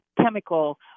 chemical